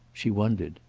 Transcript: she wondered.